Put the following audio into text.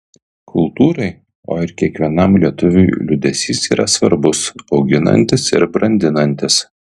kultūrai o ir kiekvienam lietuviui liūdesys yra svarbus auginantis ir brandinantis